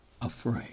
afraid